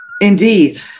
Indeed